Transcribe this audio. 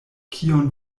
kion